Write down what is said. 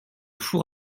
four